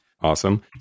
Awesome